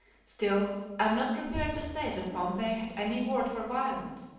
still, i am not prepared to say that pompey had any word for violets,